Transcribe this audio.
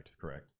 correct